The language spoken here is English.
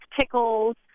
pickles